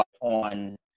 on